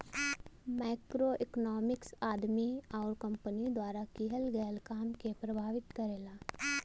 macroeconomics आदमी आउर company द्वारा किहल गयल काम के प्रभावित करला